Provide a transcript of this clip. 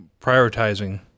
Prioritizing